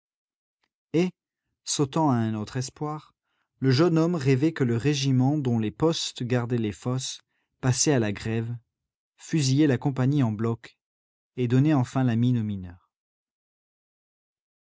à un autre espoir le jeune homme rêvait que le régiment dont les postes gardaient les fosses passait à la grève fusillait la compagnie en bloc et donnait enfin la mine aux mineurs